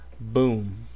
Boom